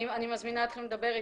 אני מזמינה אתכם לדבר איתי.